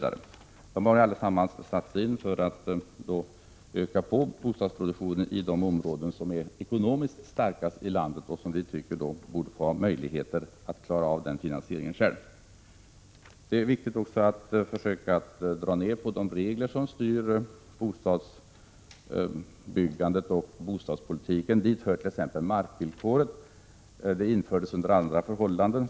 Allt detta har satts in för att öka bostadsproduktionen i de områden som är ekonomiskt starkast i landet och som enligt vår mening borde klara finansieringen härvidlag själva. Det är vidare viktigt att försöka minska det antal regler som styr bostadsbyggandet och bostadspolitiken. Dit hör markvillkoret. Detta infördes under andra förhållanden.